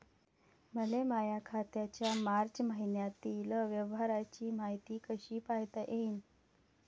मले माया खात्याच्या मार्च मईन्यातील व्यवहाराची मायती कशी पायता येईन?